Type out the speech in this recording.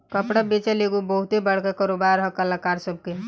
कपड़ा बेचल एगो बहुते बड़का कारोबार है कलाकार सभ के